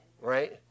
Right